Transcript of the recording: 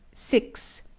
six.